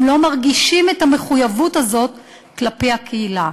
הם לא מרגישים את המחויבות הזאת כלפי הקהילה.